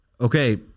Okay